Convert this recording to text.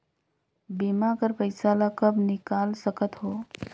बीमा कर पइसा ला कब निकाल सकत हो?